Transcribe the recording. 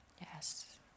Yes